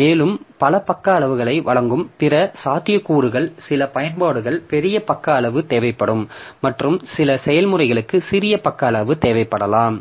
மேலும் பல பக்க அளவுகளை வழங்கும் பிற சாத்தியக்கூறுகள் சில பயன்பாடுகளுக்கு பெரிய பக்க அளவு தேவைப்படும் மற்றும் சில செயல்முறைகளுக்கு சிறிய பக்க அளவு தேவைப்படலாம்